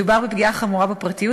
מדובר בפגיעה חמורה בפרטיות,